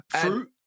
Fruit